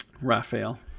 Raphael